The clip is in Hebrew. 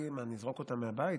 כי מה, נזרוק אותם מהבית?